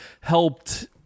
helped